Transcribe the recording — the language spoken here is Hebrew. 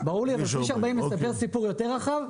אבל כביש 40 מספר סיפור יותר רחב,